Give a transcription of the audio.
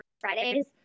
Fridays